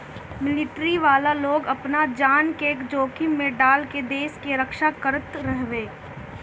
military वाला लोग आपन जान के जोखिम में डाल के देस के रक्षा करत हवे